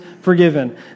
forgiven